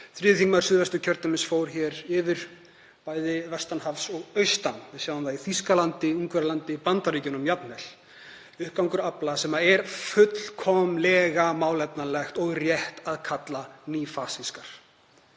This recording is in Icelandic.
3. þm. Suðvest. fór hér yfir, bæði vestan hafs og austan. Við sjáum það í Þýskalandi, Ungverjalandi, Bandaríkjunum jafnvel, uppgang afla sem er fullkomlega málefnalegt og rétt að kalla nýfasísk.